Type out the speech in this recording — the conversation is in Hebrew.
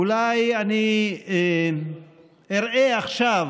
אולי אני אראה עכשיו